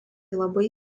labai